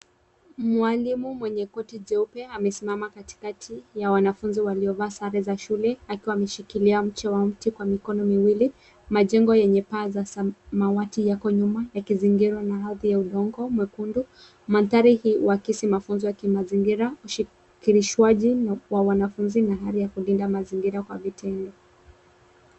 Mwalimu mwenye koti jeupe amesimama katikati mwa wanafunzi waliovaa sare za shule akiwa ameshikilia mche wa mti kwa mikono miwili. Majengo yenye paa za samawati yako nyuma yakizingira na hadhi ya udongo mwekundu. Mandhari hii huakisi mafunzo ya kimazingira, ushirikwaji wa wanafunzi na hali ya kulinda mazingira kwa vitendo.